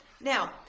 now